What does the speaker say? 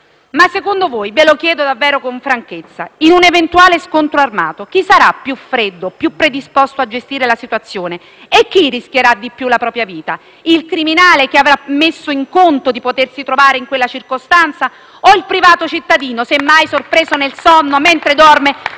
voi, colleghi - ve lo chiedo davvero con franchezza - in un eventuale scontro armato, chi sarà più freddo, più predisposto a gestire la situazione e chi rischierà di più la propria vita: il criminale che avrà messo in conto di potersi trovare in quella circostanza o il privato cittadino, semmai sorpreso nel sonno, con la